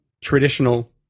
traditional